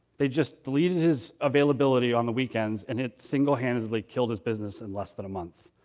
they just deleted his availability on the weekends, and it single-handedly killed his business in less than a month.